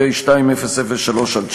פ/2003/19,